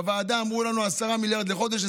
בוועדה אמרו לנו 10 מיליארד לחודש,